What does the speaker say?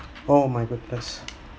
oh my goodness